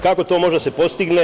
Kako to može da se postigne?